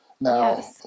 Now